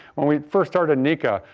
when we first started nika,